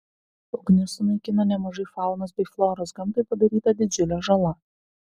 ugnis sunaikino nemažai faunos bei floros gamtai padaryta didžiulė žala